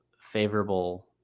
favorable